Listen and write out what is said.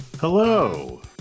Hello